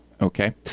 Okay